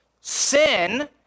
Sin